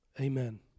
Amen